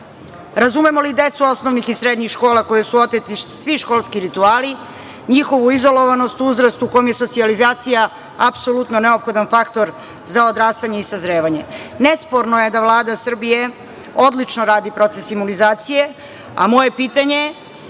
Razumemo li decu osnovnih i srednjih škola, kojima su oteti svi školski rituali, njihovu izolovanost, uzrast u kome je socijalizacija, apsolutno neophodan faktor za odrastanje i sazrevanje? Nesporno je da Vlada Srbije, odlično radi proces imunizacije, a moje pitanje je,